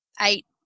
eight